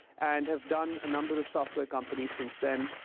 and have done a number of software companies since then.